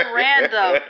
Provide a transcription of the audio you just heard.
random